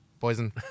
Poison